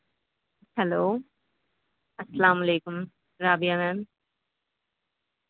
hello السلام علیکم رابع میم